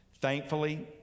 thankfully